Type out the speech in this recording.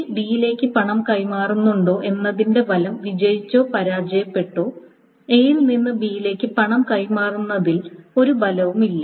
C ഡിയിലേക്ക് പണം കൈമാറുന്നുണ്ടോ എന്നതിന്റെ ഫലം വിജയിച്ചോ പരാജയപ്പെട്ടോ എയിൽ നിന്ന് ബിയിലേക്ക് പണം കൈമാറുന്നതിൽ ഒരു ഫലവും ഇല്ല